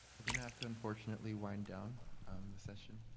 we're gonna have to unfortunately wind down um the session,